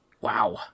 Wow